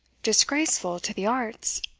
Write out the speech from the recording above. disgraceful to the arts.